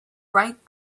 bright